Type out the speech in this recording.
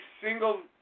single